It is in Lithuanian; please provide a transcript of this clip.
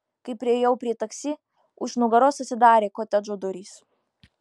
kai priėjau prie taksi už nugaros atsidarė kotedžo durys